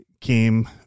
came